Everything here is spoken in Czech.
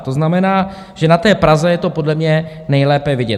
To znamená, že na Praze je to podle mě nejlépe vidět.